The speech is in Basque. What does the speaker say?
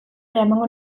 eramango